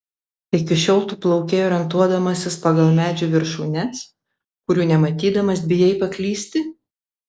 iki šiol tu plaukei orientuodamasis pagal medžių viršūnes kurių nematydamas bijai paklysti